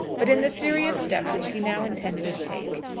but in the serious steps which he now intended to take,